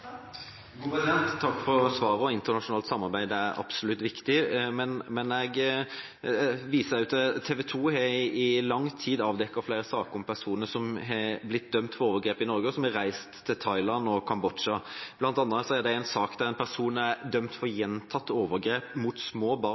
Takk for svaret. Internasjonalt samarbeid er absolutt viktig. Men jeg viser også til at TV 2 i lang tid har avdekket flere saker om personer som har blitt dømt for overgrep i Norge, og som har reist til Thailand og Kambodsja. Det er bl.a. en sak der en person er dømt for gjentatte overgrep mot små barn